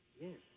Yes